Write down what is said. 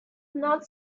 not